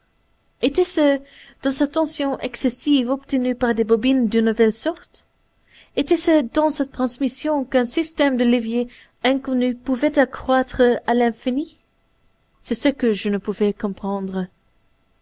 etait-ce dans sa tension excessive obtenue par des bobines d'une nouvelle sorte était-ce dans sa transmission qu'un système de leviers inconnus pouvait accroître à l'infini c'est ce que je ne pouvais comprendre